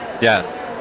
Yes